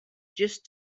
just